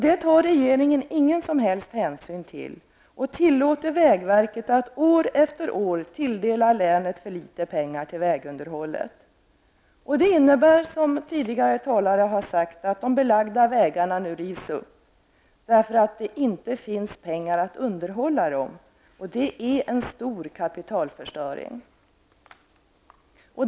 Detta tar regeringen ingen som helst hänsyn till och tillåter vägverket att år efter år tilldela länet för litet pengar till vägunderhåll. Det innebär, som tidigare talare har sagt, att de belagda vägarna nu rivs upp därför att det inte finns pengar att underhålla dem. Det är en stor kapitalförstöring.